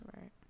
Right